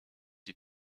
die